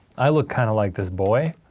i look kinda like this boy.